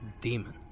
demon